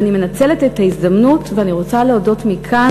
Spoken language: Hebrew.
ואני מנצלת את ההזדמנות, ואני